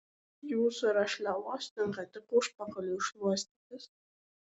jūsų rašliavos tinka tik užpakaliui šluostytis